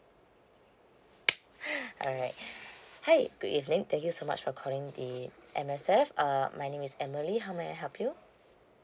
alright hi good evening thank you so much for calling the M_S_F uh my name is emily how may I help you